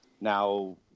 Now